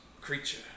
creature